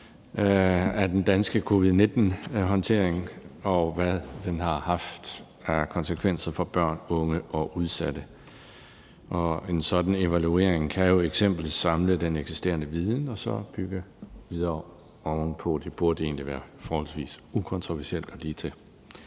af den danske covid-19-håndtering, og hvad den har haft af konsekvenser for børn, unge og udsatte. En sådan evaluering kan jo eksempelvis samle den eksisterende viden og bygge videre oven på den. Det burde egentlig være forholdsvis ukontroversielt og ligetil.